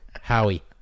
Howie